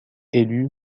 élue